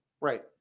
Right